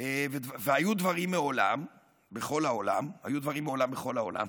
והיו דברים מעולם בכל העולם,